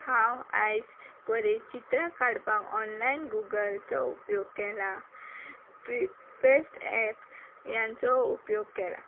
हांव आयज परे चित्र काडपाक ऑनलायन गुगलचो उपयोग केला प्री पेस्ट एप यांचो उपयोग केला